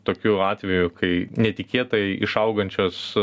tokiu atveju kai netikėtai išaugančios